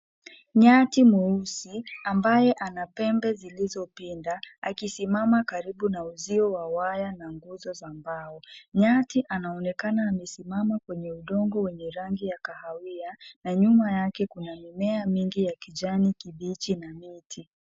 Nyati mweusi ambaye ana pembe zilizopinda, akisimama karibu na uzio wa waya na nguzo za mbao. Nyati anaonekana amesimama kwenye udongo wenye rangi ya kahawia na nyuma yake kuna mimea mingi ya kijani kibichi na miti.